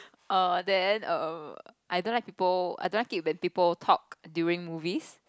err then um I don't like people I don't like it when people talk during movies